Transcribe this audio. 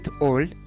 old